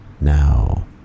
now